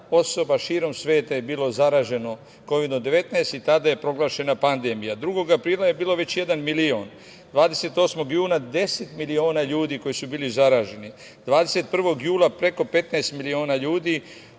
osoba širom sveta je bilo zaraženo Kovidom 19 i tada je proglašena pandemija. Već je 2. aprila bio jedan milion, 28. juna 10 miliona ljudi koji su bili zaraženi, 21. jula preko 15 miliona ljudi,